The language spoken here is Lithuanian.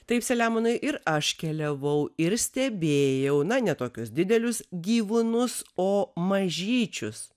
taip selemonai ir aš keliavau ir stebėjau na ne tokius didelius gyvūnus o mažyčius